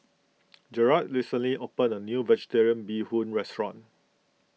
Gerard recently opened a new Vegetarian Bee Hoon restaurant